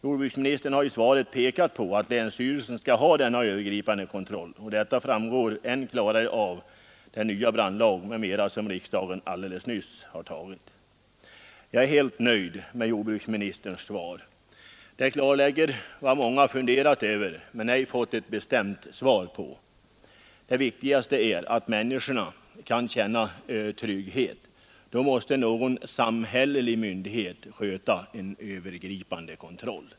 Jordbruksministern har i svaret pekat på att länsstyrelsen skall ha denna övergripande kontroll och att detta framgår än klarare av den nya brandlag som riksdagen nyligen har tagit. Jag är helt nöjd med jordbruksministerns svar. Det klarlägger vad många har funderat över men inte fått något bestämt svar på. Det viktigaste är att människorna kan känna trygghet. Då måste någon samhällelig myndighet utöva en övergripande kontroll.